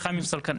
פחם עם סולקנים.